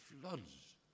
floods